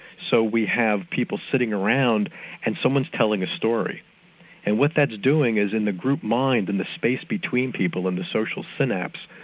so we have people sitting around and someone's telling a story and what that's doing is, in the group mind and the space between people and the social synapse,